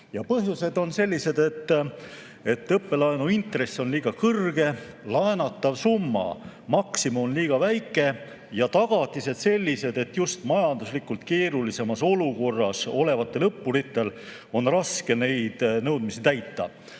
Põhjused on sellised, et õppelaenu intress on liiga kõrge, laenatava summa maksimum on liiga väike ja tagatised sellised, et just majanduslikult keerulisemas olukorras olevatel õppuritel on raske neid nõudmisi täita.